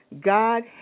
God